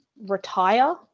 retire